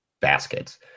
baskets